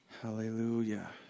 Hallelujah